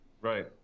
Right